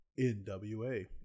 NWA